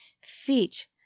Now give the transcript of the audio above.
feet